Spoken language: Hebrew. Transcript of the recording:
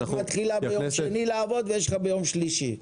הכנסת מתחילה ביום שני לעבוד, ויש לך ביום שלישי.